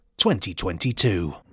2022